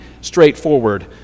straightforward